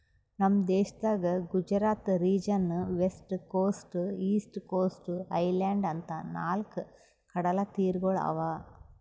ನಮ್ ದೇಶದಾಗ್ Gujarat region, west coast, east coast, island ಅಂತಾ ನಾಲ್ಕ್ ಕಡಲತೀರಗೊಳ್ ಅವಾ